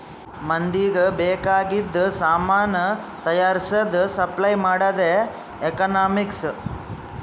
ಮಂದಿಗ್ ಬೇಕ್ ಆಗಿದು ಸಾಮಾನ್ ತೈಯಾರ್ಸದ್, ಸಪ್ಲೈ ಮಾಡದೆ ಎಕನಾಮಿಕ್ಸ್